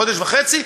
חודש וחצי,